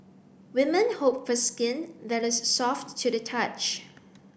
women hope for skin that is soft to the touch